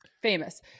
famous